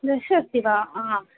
दश अस्ति वा हा